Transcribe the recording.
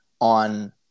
on